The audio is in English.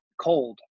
cold